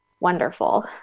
wonderful